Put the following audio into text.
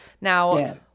Now